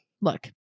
look